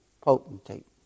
potentate